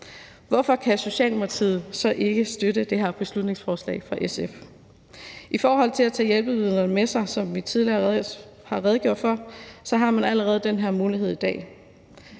Hvorfor kan Socialdemokratiet så ikke støtte det her beslutningsforslag fra SF? I forhold til at tage hjælpemidler med sig har man, som vi tidligere har redegjort for, allerede den her mulighed i dag.